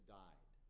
died